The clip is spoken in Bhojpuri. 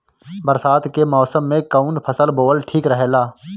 बरसात के मौसम में कउन फसल बोअल ठिक रहेला?